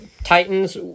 Titans